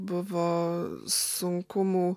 buvo sunkumų